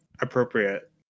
appropriate